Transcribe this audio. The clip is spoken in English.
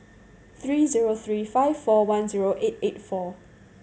three zero three five four one zero eight eight four